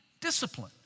discipline